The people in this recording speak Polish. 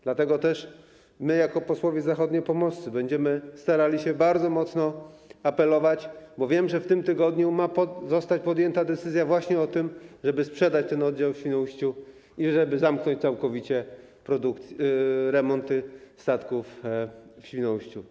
Dlatego też my jako posłowie zachodniopomorscy będziemy starali się bardzo mocno apelować, bo wiem, że w tym tygodniu ma zostać podjęta decyzja właśnie o tym, żeby sprzedać ten oddział w Świnoujściu i żeby zamknąć całkowicie remonty statków w Świnoujściu.